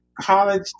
college